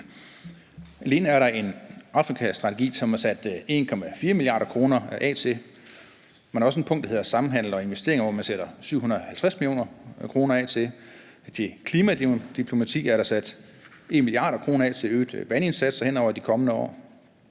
Alene er der en Afrikastrategi, som der er sat 4 mia. kr. af til. Man har også et punkt, der hedder samhandel og investering, som man sætter 750 mio. kr. af til. Under klimadiplomati er der sat 1 mia. kr. af til øgede vandindsatser hen over de kommende år.